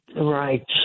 Right